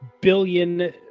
billion